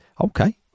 Okay